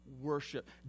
worship